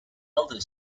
elder